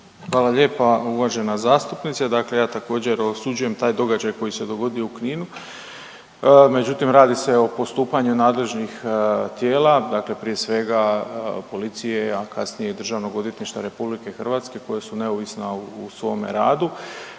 Hvala lijepa uvažena zastupnice, dakle ja također osuđujem taj događaj koji se dogodio u Kninu, međutim radi se o postupanju nadležnih tijela, dakle prije svega policije, a kasnije i Državnog odvjetništva RH koja su neovisna u svome radu.